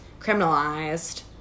criminalized